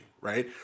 right